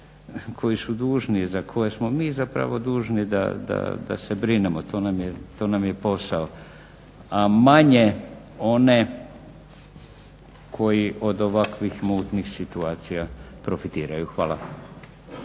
koji su dužni i za koje smo mi zapravo dužni da se brinemo. To nam je posao. A manje one koji od ovakvih mutnih situacija profitiraju. Hvala.